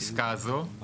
על הפסקה הזו?